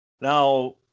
Now